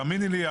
תאמיני לי.